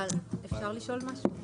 אפשר לשאול משהו?